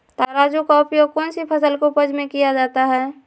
तराजू का उपयोग कौन सी फसल के उपज में किया जाता है?